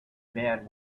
man